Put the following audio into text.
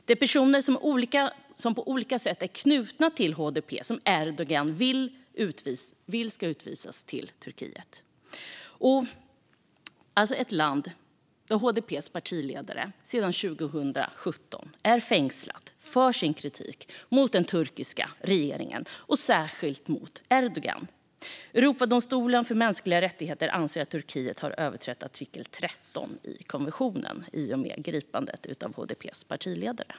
Det är personer som på olika sätt är knutna till HDP som Erdogan vill ska utvisas till Turkiet, som alltså är ett land där HDP:s partiledare sedan 2017 år sitter fängslad för sin kritik mot den turkiska regeringen och särskilt mot Erdogan. Europadomstolen för mänskliga rättigheter anser att Turkiet har överträtt artikel 13 i konventionen i och med gripandet av HDP:s partiledare.